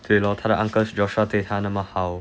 对 lor 他的 uncle joshua 对他那么好